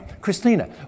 Christina